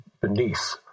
beneath